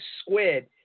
squid